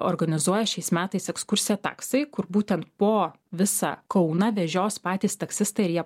organizuoja šiais metais ekskursiją taksai kur būtent po visą kauną vežios patys taksistai ir jie